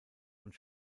und